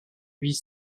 huit